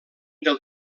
del